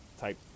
type